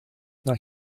not